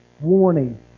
warning